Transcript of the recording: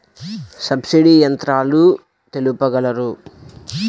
Subsidy యంత్రాలు తెలుపగలరు?